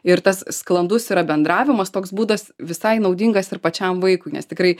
ir tas sklandus yra bendravimas toks būdas visai naudingas ir pačiam vaikui nes tikrai